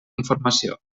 informació